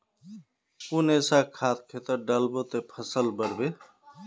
कुन ऐसा खाद खेतोत डालबो ते फसल बढ़बे?